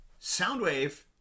Soundwave